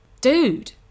dude